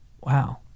Wow